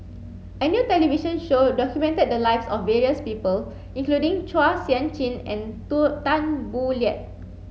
a new television show documented the lives of various people including Chua Sian Chin and Tu Tan Boo Liat